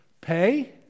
Pay